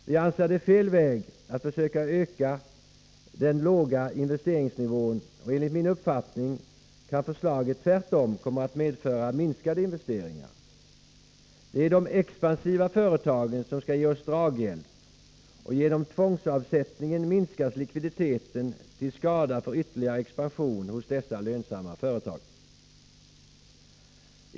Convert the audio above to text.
Vi anser att det är fel väg att försöka öka den låga investeringsnivån, och enligt min uppfattning kan förslaget tvärtom komma att medföra minskade investeringar. Det är de expansiva företagen som skall ge oss draghjälp, och genom tvångsavsättningen minskas likviditeten till skada för ytterligare expansion hos dessa lönsamma företag.